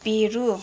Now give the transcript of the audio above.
Peru